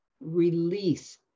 release